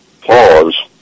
pause